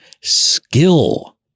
skill